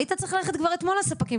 היית צריך ללכת כבר אתמול לספקים,